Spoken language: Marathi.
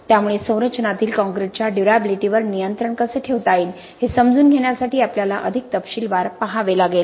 त्यामुळे संरचनातील काँक्रीटच्या ड्युर्याबिलिटीवर नियंत्रण कसे ठेवता येईल हे समजून घेण्यासाठी आपल्याला अधिक तपशीलवार पाहावे लागेल